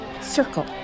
circle